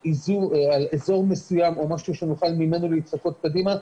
אזור מסוים או משהו שנוכל ממנו לצפות קדימה,